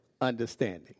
Understanding